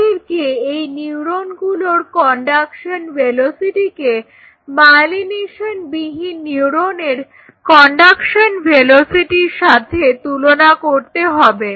তোমাদেরকে এই নিউরনগুলোর কন্ডাকশন ভেলোসিটিকে মায়েলিনেশনবিহীন নিউরনের কন্ডাকশন ভেলোসিটির সাথে তুলনা করতে হবে